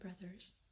brothers